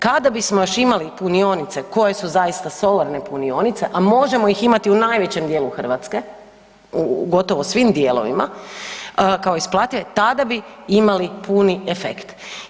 Kada bismo još imali punionice koje su zaista solarne punionice, a možemo ih imati u najvećem dijelu Hrvatske u gotovo svim dijelovima kao isplative, tada bi imali puni efekt.